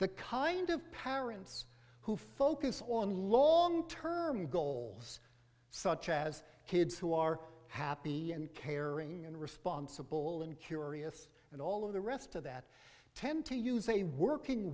the kind of parents who focus on long term goals such as kids who are happy and caring and responsible and curious and all of the rest of that tend to use a working